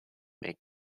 make